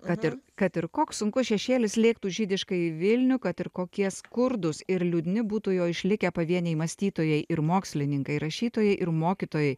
kad ir kad ir koks sunkus šešėlis lėktų žydiškąjį vilnių kad ir kokie skurdūs ir liūdni būtų jo išlikę pavieniai mąstytojai ir mokslininkai rašytojai ir mokytojai